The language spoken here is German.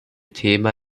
thema